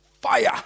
Fire